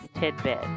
tidbit